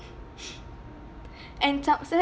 and after that